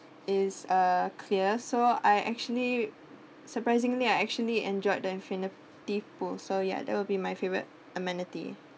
is uh clear so I actually surprisingly I actually enjoyed the infinity pool so ya that will be my favourite amenity